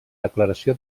declaració